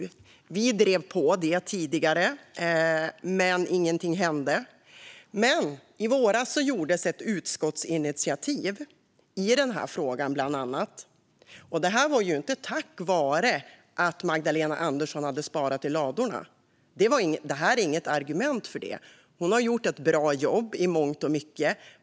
Vi drev tidigare på för det. Men ingenting hände. I våras togs dock ett utskottsinitiativ ibland annat den här frågan. Det var inte tack vare att Magdalena Andersson hade sparat i ladorna. Det är inget argument. Hon har gjort ett bra jobb i mångt och mycket.